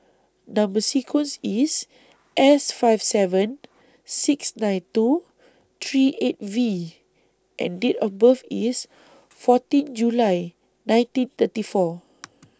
Number sequence IS S five seven six nine two three eight V and Date of birth IS fourteen July nineteen thirty four